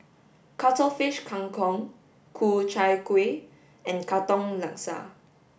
cuttlefish Kang Kong Ku Chai Kuih and katong laksa